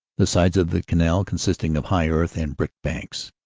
the sides of the canal con sisting of high earth and brick banks.